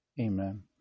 Amen